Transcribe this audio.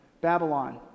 Babylon